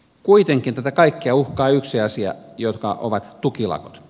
kuitenkin tätä kaikkea uhkaa yksi asia joka on tukilakot